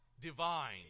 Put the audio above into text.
divine